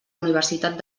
universitat